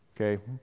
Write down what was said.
okay